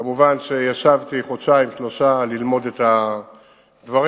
כמובן ישבתי חודשיים-שלושה ללמוד את הדברים.